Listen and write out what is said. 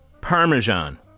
Parmesan